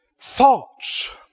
thoughts